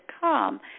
come